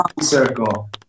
circle